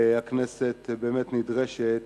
הכנסת נדרשת